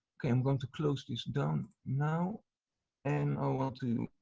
okay. i'm going to close this done now and i want to